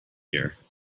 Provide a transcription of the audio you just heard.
here